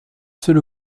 seul